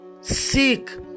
seek